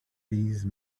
these